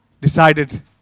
decided